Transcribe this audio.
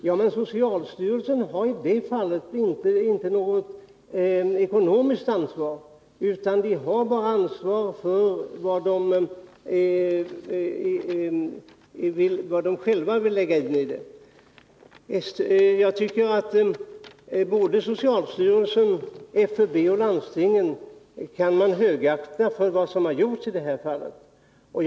Ja, men socialstyrelsen har i detta fall inte något ekonomiskt ansvar utöver det som den själv vill satsa på. Jag tycker att man kan högakta både socialstyrelsen, FUB och landstingen för vad som har gjorts i det här avseendet.